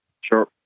Sure